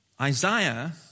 Isaiah